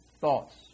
thoughts